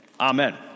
Amen